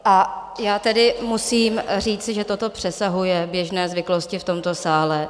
A já tedy musím říci, že toto přesahuje běžné zvyklosti v tomto sále.